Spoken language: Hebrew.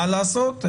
מה לעשות,